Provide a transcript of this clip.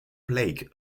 plaque